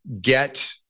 get